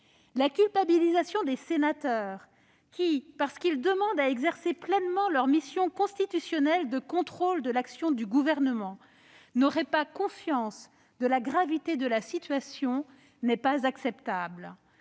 La culpabilisation des sénateurs, qui, au motif qu'ils demandent à exercer pleinement leur mission constitutionnelle de contrôle de l'action du Gouvernement, n'auraient pas conscience de la gravité de la situation, n'est pas acceptable.